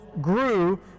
grew